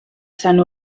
sant